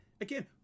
again